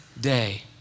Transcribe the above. day